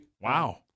Wow